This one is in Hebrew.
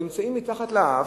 נמצאים מתחת לאף,